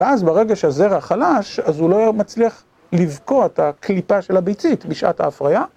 ואז ברגע שהזרע חלש, אז הוא לא מצליח לבקוע את הקליפה של הביצית בשעת ההפריה.